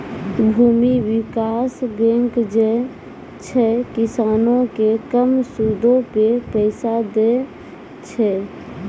भूमि विकास बैंक जे छै, किसानो के कम सूदो पे पैसा दै छे